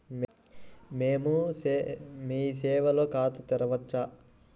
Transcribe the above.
మేము మీ సేవలో ఖాతా తెరవవచ్చా?